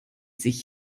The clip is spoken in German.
sich